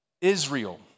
Israel